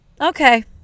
Okay